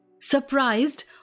Surprised